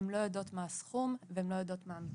הן לא יודעות מה הסכום והן לא יודעות מה המתווה.